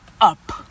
up